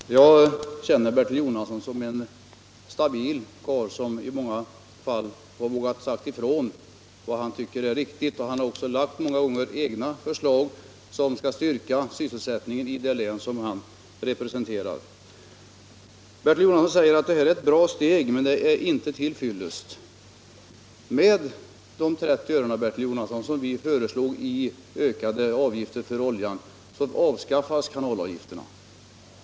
Herr talman! Jag känner Bertil Jonasson som en stabil karl som i många fall har vågat säga ifrån vad han anser vara riktigt. Han har också många gånger lagt egna förslag för att främja sysselsättningen i det län som han representerar. Bertil Jonasson säger att reservationens förslag är ett bra steg men att det inte är till fyllest. Med den höjning av avgiften på 30 öre per 205 ton olja som vi föreslagit avskaffas kanalavgifterna.